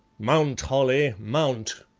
mount, holly, mount!